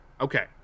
Okay